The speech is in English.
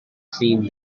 clean